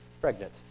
pregnant